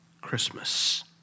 Christmas